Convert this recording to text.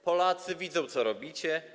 Polacy widzą, co robicie.